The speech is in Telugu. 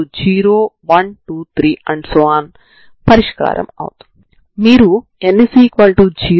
0నుండి వరకు వున్న ఈ లైన్ ను n లైన్ అనుకోండి అదేవిధంగా 0నుండి వరకు వున్న ఈ లైన్ మీ లైన్ అవుతుంది